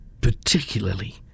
particularly